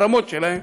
ברמות שלהם,